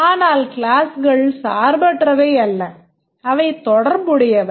ஆனால் கிளாஸ்கள் சார்பற்றவை அல்ல அவை தொடர்புடையவை